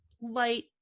light